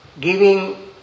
giving